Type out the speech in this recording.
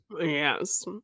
Yes